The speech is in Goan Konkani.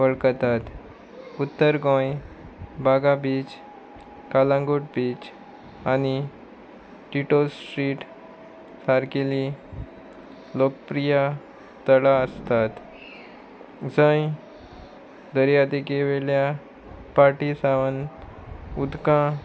वळखतात उत्तर गोंय बागा बीच कालांगूट बीच आनी टिटोस् स्ट्रीट सारकिल्ली लोकप्रिय थळां आसतात जंय दर्यादेगे वेल्या पार्टी सावन उदकां